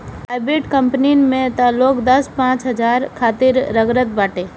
private कंपनीन में तअ लोग दस पांच हजार खातिर रगड़त बाटे